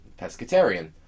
pescatarian